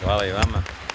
Hvala i vama.